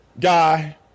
guy